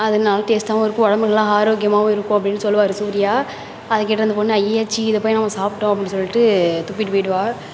அது நல்லா டேஸ்ட்டாகவும் இருக்கும் உடம்பு நல்லா ஆரோக்கியமாகவும் இருக்கும் அப்படின்னு சொல்லுவார் சூர்யா அதை கேட்டு அந்த பொண்ணு ஐயயே ச்சீ இதை போய் நம்ம சாப்பிட்டோம் அப்படின்னு சொல்லிட்டு துப்பிட்டு போயிடுவாள்